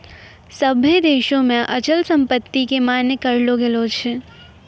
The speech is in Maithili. सभ्भे देशो मे अचल संपत्ति के मान्य करलो गेलो छै